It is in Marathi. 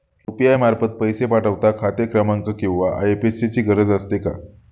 यु.पी.आय मार्फत पैसे पाठवता खाते क्रमांक किंवा आय.एफ.एस.सी ची गरज असते का?